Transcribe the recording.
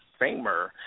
Famer